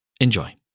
Enjoy